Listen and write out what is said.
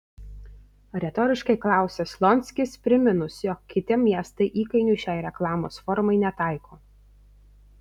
retoriškai klausia slonskis priminus jog kiti miestai įkainių šiai reklamos formai netaiko